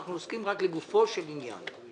אנחנו עוסקים רק לגופו של עניין.